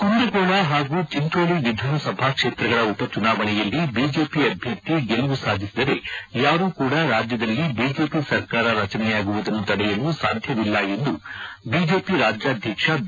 ಕುಂದಗೋಳ ಹಾಗೂ ಚಿಂಚೋಳಿ ವಿಧಾನಸಭಾ ಕ್ಷೇತ್ರಗಳ ಉಪಚುನಾವಣೆಯಲ್ಲಿ ಬಿಜೆಪಿ ಅಭ್ಯರ್ಥಿ ಗೆಲುವು ಸಾಧಿಸಿದರೆ ಯಾರೂ ಕೂಡ ರಾಜ್ಯದಲ್ಲಿ ಬಿಜೆಪಿ ಸರ್ಕಾರ ರಚನೆಯಾಗುವುದನ್ನು ತಡೆಯಲು ಸಾಧ್ಯವಿಲ್ಲ ಎಂದು ಬಿಜೆಪಿ ರಾಜ್ಯಾಧ್ಯಕ್ಷ ಬಿ